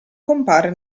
compare